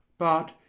but,